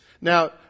Now